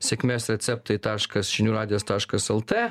sėkmės receptai taškas žinių radijas taškas lt